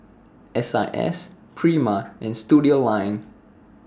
S I S Prima and Studioline